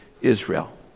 Israel